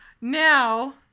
Now